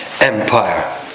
Empire